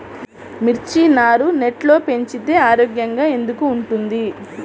మిర్చి నారు నెట్లో పెంచితే ఆరోగ్యంగా ఎందుకు ఉంటుంది?